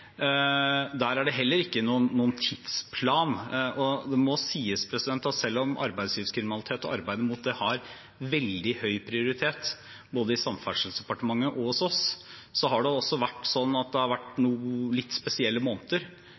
Der er det heller ikke noen tidsplan, og det må sies at selv om arbeidslivskriminalitet og arbeidet mot det har veldig høy prioritet, både i Samferdselsdepartementet og hos oss, har det vært noen litt spesielle måneder i Norge, også i departementene, som gjør at